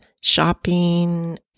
shopping